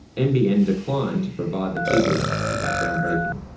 nbn declined to provide the figures to background briefing.